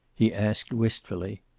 he asked wistfully.